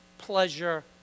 pleasure